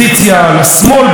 לשמאל בעיקר,